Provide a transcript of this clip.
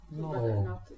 No